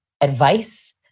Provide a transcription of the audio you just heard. advice